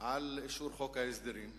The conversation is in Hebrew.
על אישור חוק ההסדרים.